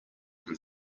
can